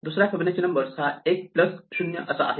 दुसरा Fibonacci numbers हा 1 plus 0 असा आहे